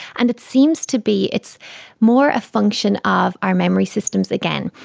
and it seems to be it's more a function of our memory systems again.